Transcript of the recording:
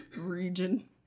Region